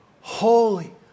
holy